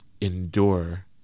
endure